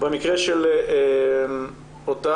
במקרה של אותה